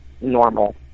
normal